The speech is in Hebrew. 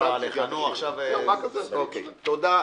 תודה.